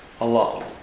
alone